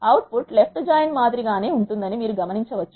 output left join మాదిరి గానే ఉంటుందని మీరు గమనించవచ్చు